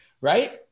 right